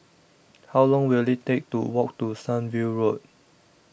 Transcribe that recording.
How Long Will IT Take to Walk to Sunview Road